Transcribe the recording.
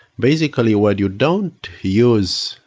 basically what you don't use,